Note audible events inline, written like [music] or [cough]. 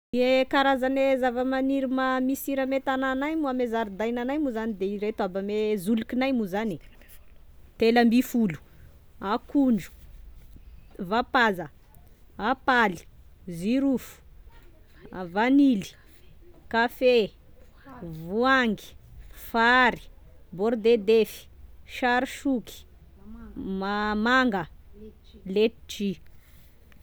E karazane zava-maniry ma- misiry ame tagnanay, ame zaridainanay moa zany dia ireto aby, ame zolkinay moa zany, [hesitation] telo ambifolo: akondro, vapaza, apaly, zirofo, a vanily, kafe, voangy, fary, bordedefy, sary soky, ma- manga, letchis